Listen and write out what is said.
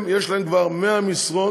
יש להם כבר 100 משרות